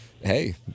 hey